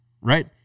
right